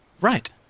Right